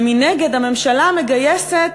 ומנגד, הממשלה מגייסת,